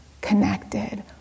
connected